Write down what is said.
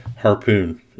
Harpoon